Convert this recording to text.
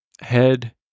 head